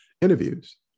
interviews